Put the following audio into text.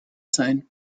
sign